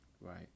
Right